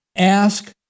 Ask